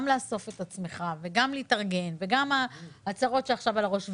גם לאסוף את עצמך וגם להתארגן וגם הצרות שעכשיו על הראש.